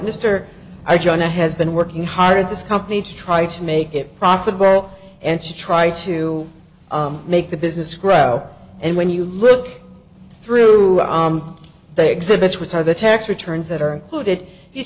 mr i join a has been working hard at this company to try to make it profitable and should try to make the business grow and when you look through the exhibits which are the tax returns that are included you